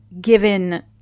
given